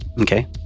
okay